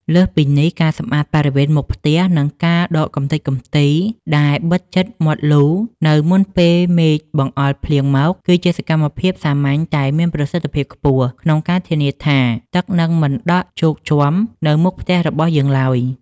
លើសពីនេះ ការសម្អាតបរិវេណមុខផ្ទះ និងការដកកម្ទេចកម្ទីដែលបិទជិតមាត់លូនៅមុនពេលមេឃបង្អុរភ្លៀងមក គឺជាសកម្មភាពសាមញ្ញតែមានប្រសិទ្ធភាពខ្ពស់ ក្នុងការធានាថាទឹកនឹងមិនដក់ជោកជាំនៅមុខផ្ទះរបស់យើងឡើយ។